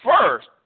first